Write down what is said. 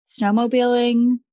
snowmobiling